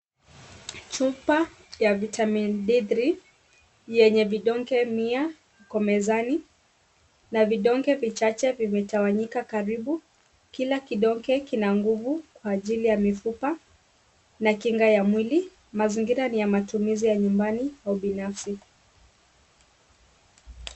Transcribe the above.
Chupa ya vitamini D3 yenye vidonge mia iko mezani na vidonge vichache vimetawanyika karibu. Kila kidonge kina nguvu kwa ajili ya mifupa na kinga ya mwili. Mazingira ni ya matumizi ya nyumbani au binafsi.